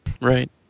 Right